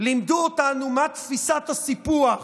לימדו אותנו מהי תפיסת הסיפוח